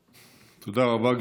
תודה רבה, אדוני.